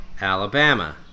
Alabama